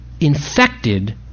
infected